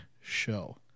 show